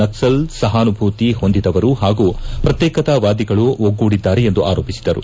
ನಕ್ಷಲ್ ಸಹಾನುಭೂತಿ ಹೊಂದಿದವರು ಹಾಗೂ ಪ್ರತ್ಯೇಕತವಾದಿಗಳು ಒಗ್ಗೂಡಿದ್ದಾರೆ ಎಂದು ಆರೋಪಿಸಿದರು